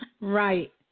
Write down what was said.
Right